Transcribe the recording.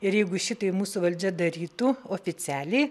ir jeigu šitai mūsų valdžia darytų oficialiai